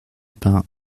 pin